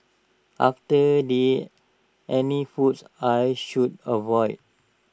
are there any foods I should avoid